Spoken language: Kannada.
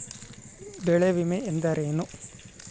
ಬೆಳೆ ವಿಮೆ ಅಂದರೇನು?